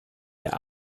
der